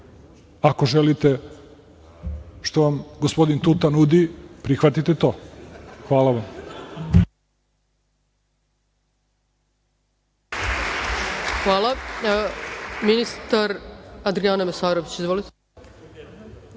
Ako želite što vam gospodin Tuta nudi, prihvatite to. Hvala vam. **Ana